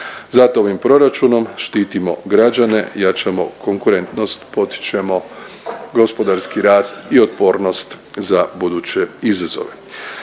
Zato ovim proračunom štitimo građane, jačamo konkurentnost, potičemo gospodarski rast i otpornost za buduće izazove.